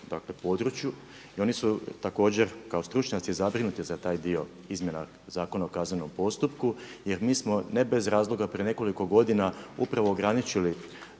dakle području i oni su također kao stručnjaci zabrinuti za taj dio izmjena ZKP-a jer mi smo ne bez razloga prije nekoliko godina upravo ograničili